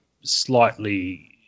slightly –